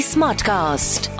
Smartcast